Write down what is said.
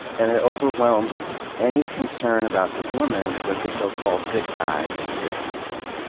and it overwhelms any concern about the woman that the so-called good guy has victimized.